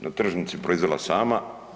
Na tržnici proizvela sama.